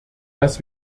dass